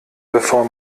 bevor